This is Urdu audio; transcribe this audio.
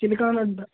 چلکان اڈہ